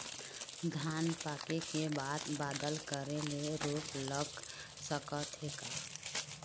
धान पाके के बाद बादल करे ले रोग लग सकथे का?